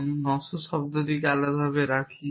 আমরা নশ্বর শব্দটিকে আলাদাভাবে রাখি